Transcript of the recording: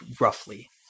roughly